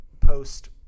post